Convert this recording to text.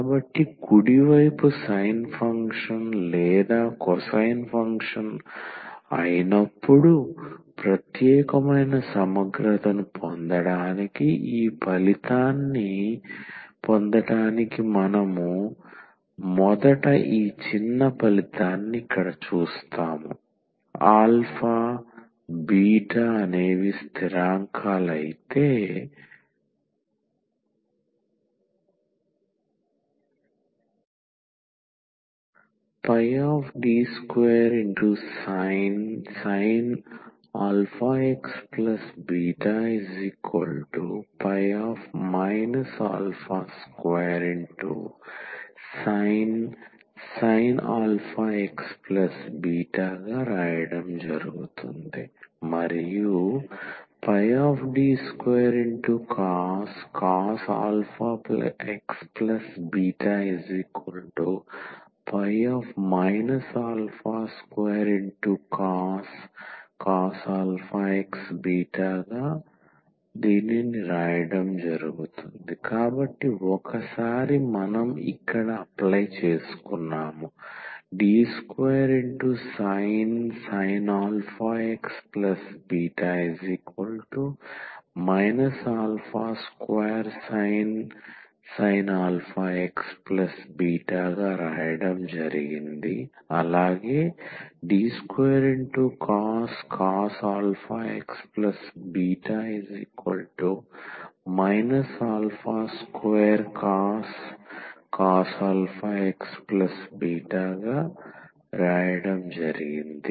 కాబట్టి కుడి వైపు sin ఫంక్షన్ లేదా cosine ఫంక్షన్ అయినప్పుడు ప్రత్యేకమైన సమగ్రతను పొందడానికి ఈ ఫలితాన్ని పొందటానికి మనం మొదట ఈ చిన్న ఫలితాన్ని ఇక్కడ చూస్తాము ఆల్ఫా బీటా స్థిరాంకాలు అయితే D2sin αxβ ϕ 2sin αxβ మరియు D2cos αxβ ϕ 2cos αxβ కాబట్టి ఒకసారి మనం ఇక్కడ అప్లై చేసుకున్నాము D2sin αxβ 2sin αxβ D2cos αxβ 2cos αxβ